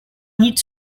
nic